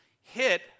hit